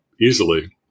easily